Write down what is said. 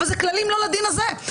אבל אלה כללים לא לדין הזה.